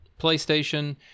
PlayStation